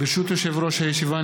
ברשות יושב-ראש הישיבה,